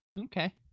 Okay